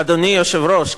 אדוני היושב-ראש,